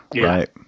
Right